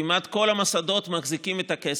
כמעט כל המוסדות מחזיקים את הכסף,